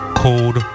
called